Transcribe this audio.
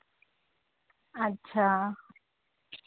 अच्छा